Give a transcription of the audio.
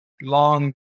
long